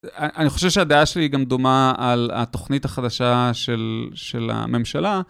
אני חושב שהדעה שלי היא גם דומה על התוכנית החדשה של הממשלה.